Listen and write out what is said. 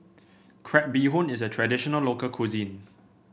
Crab Bee Hoon is a traditional local cuisine